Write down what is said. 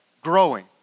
growing